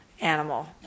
animal